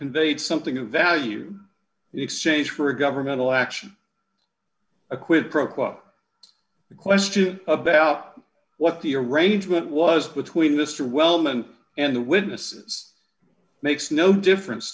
conveyed something of value exchange for a governmental action a quid pro quo the question about what the arrangement was between mr wellman and the witnesses makes no difference